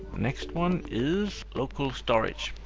next one is local storage.